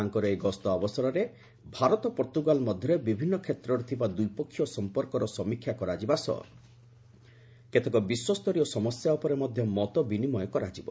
ତାଙ୍କର ଏହି ଗସ୍ତ ଅବସରରେ ଭାରତ ପର୍ତ୍ତୃଗାଲ ମଧ୍ୟରେ ବିଭିନ୍ନ କ୍ଷେତ୍ରରେ ଥିବା ଦ୍ୱିପକ୍ଷିୟ ସମ୍ପର୍କର ସମୀକ୍ଷା କରାଯିବା ସହ କେତେକ ବିଶ୍ୱସ୍ତରୀୟ ସମସ୍ୟା ଉପରେ ମଧ୍ୟ ମତବିନିମୟ କରାଯିବ